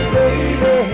baby